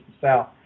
south